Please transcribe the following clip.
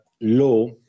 law